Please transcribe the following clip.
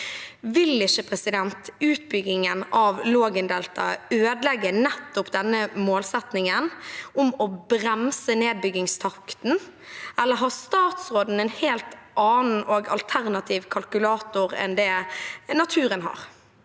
Vil ikke utbyggingen av Lågendeltaet ødelegge nettopp denne målsettingen om å bremse nedbyggingstakten, eller har statsråden en helt annen og alternativ kalkulator enn det naturen har?